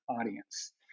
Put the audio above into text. audience